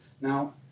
Now